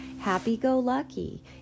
happy-go-lucky